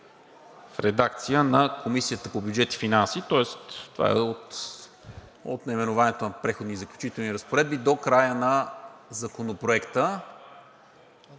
в редакция на Комисията по бюджет и финанси, тоест това е от наименованието „Преходни и заключителни разпоредби“ до края на Законопроекта.